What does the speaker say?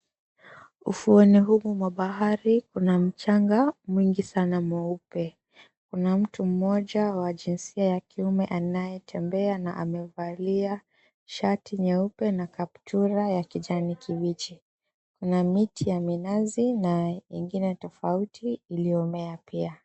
Ufuoni humu mwa bahari kuna mchanga mwingi sana mweupe, kuna mtu mmoja wa jinsia ya kiume anayatembea na amevalia shati nyeupe na kaptula ya kijani kibichi, na miti ya minazi na ingine tofauti iliyomea pia.